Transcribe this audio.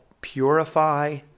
purify